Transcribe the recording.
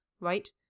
right